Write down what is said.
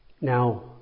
Now